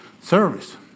service